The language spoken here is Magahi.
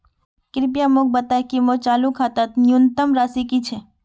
कृपया मोक बता कि मोर चालू खातार न्यूनतम राशि की छे